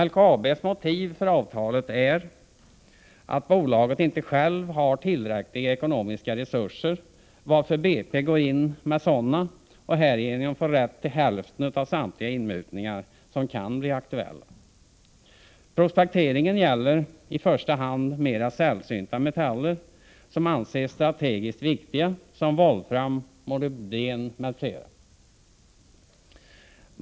LKAB:s motiv för avtalet är att bolaget inte självt har tillräckliga ekonomiska resurser, varför BP går in med sådana och härigenom får rätt till hälften i samtliga de inmutningar som kan bli aktuella. Prospekteringen gäller i första hand mera sällsynta metaller som anses strategiskt viktiga, som volfram och molybden.